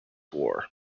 war